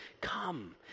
come